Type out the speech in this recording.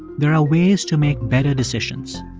there are ways to make better decisions.